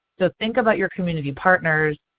so think about your community partners.